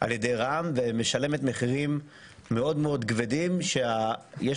על ידי רע"מ ומשלמת מחירים מאוד מאוד כבדים שיש